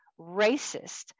racist